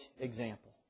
example